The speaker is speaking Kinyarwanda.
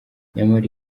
nyamara